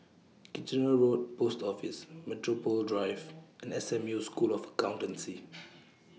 Kitchener Road Post Office Metropole Drive and S M U School of Accountancy